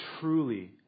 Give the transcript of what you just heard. truly